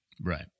Right